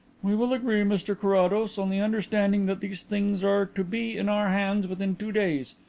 we will agree, mr carrados, on the understanding that these things are to be in our hands within two days.